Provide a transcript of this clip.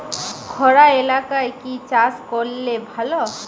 খরা এলাকায় কি চাষ করলে ভালো?